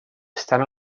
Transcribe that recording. estan